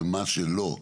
ומה שלא,